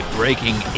breaking